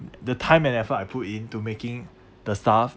the time and effort I put in to making the staff